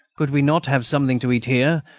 could we not have something to eat here,